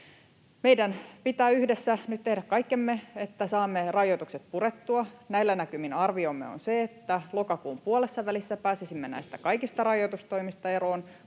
Meidän pitää yhdessä nyt tehdä kaikkemme, että saamme rajoitukset purettua. Näillä näkymin arviomme on se, että lokakuun puolessavälissä pääsisimme näistä kaikista rajoitustoimista eroon,